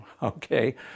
Okay